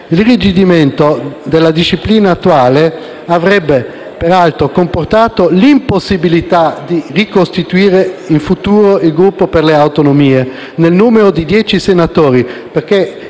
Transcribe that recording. L'irrigidimento della disciplina attuale avrebbe peraltro comportato l'impossibilità di ricostituire in futuro il Gruppo Per le Autonomie nel numero di dieci senatori,